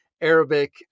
Arabic